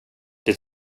det